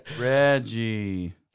Reggie